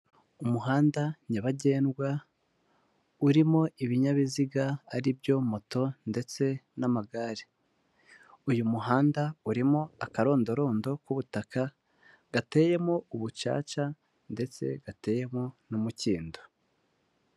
Umuhanda nyabagendwa urimo ibinyabiziga, ari byo moto ndetse n'amagare uyu muhanda urimo akarondorondo k'ubutaka gateyemo ubucaca ndetse gateyemo n'umukindo.